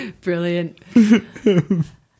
Brilliant